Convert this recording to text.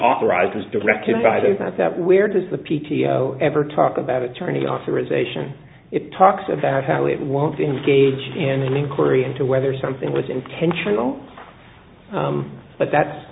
authorized as directed by the not that where does the p t o ever talk about attorney authorization it talks about how it won't engage in an inquiry into whether something was intentional but that's